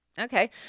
Okay